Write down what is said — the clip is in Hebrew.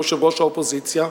יושבת-ראש האופוזיציה,